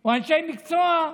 או אנשי מקצוע.